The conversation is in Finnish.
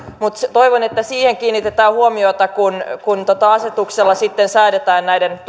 mutta toivon että siihen kiinnitetään huomiota kun kun asetuksella sitten säädetään näiden